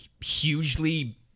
hugely